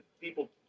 people